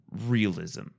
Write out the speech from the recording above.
realism